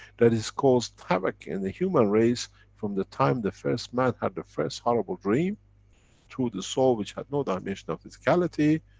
that has caused havoc in the human race from the time the man had the first horrible dream through the soul which had no dimension of physicality,